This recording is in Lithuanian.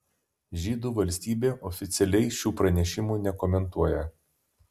žydų valstybė oficialiai šių pranešimų nekomentuoja